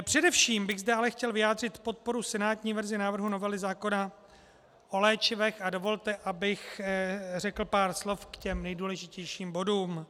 Především bych zde ale chtěl vyjádřit podporu senátní verzi návrhu novely zákona o léčivech a dovolte, abych řekl pár slov k nejdůležitějším bodům.